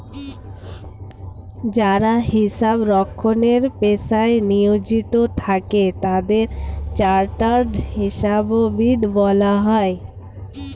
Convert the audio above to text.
যারা হিসাব রক্ষণের পেশায় নিয়োজিত থাকে তাদের চার্টার্ড হিসাববিদ বলা হয়